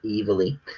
evilly